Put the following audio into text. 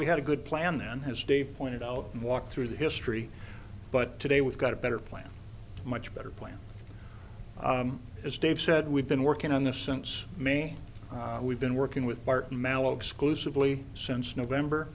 we had a good plan then his day pointed out and walk through the history but today we've got a better plan a much better plan as dave said we've been working on this since may we've been working with bart mal exclusively since november